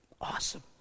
Awesome